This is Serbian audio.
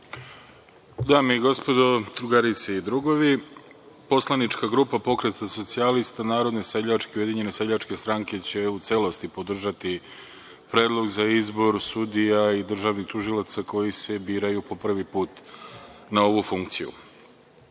Dame i gospodo, drugarice i drugovi, poslanička grupa Pokret socijalista Narodne seljačke i Ujedinjene seljačke stranke će u celosti podržati Predlog za izbor sudija i državnih tužilaca koji se biraju po prvi put na ovu funkciju. Iskreno